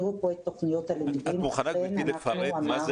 את מוכנה לפרט מהי